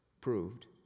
proved